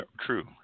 True